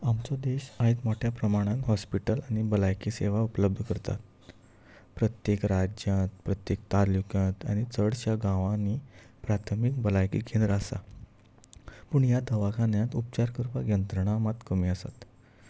आमचो देश आयज मोठ्या प्रमाणान हॉस्पिटल आनी भलायकी सेवा उपलब्ध करतात प्रत्येक राज्यांत प्रत्येक तालुक्यांत आनी चडश्या गांवांनी प्राथमीक भलायकी केंद्र आसा पूण ह्या दवाखान्यांत उपचार करपाक यंत्रणा मात कमी आसात